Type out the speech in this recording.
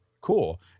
cool